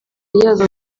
yava